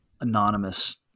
anonymous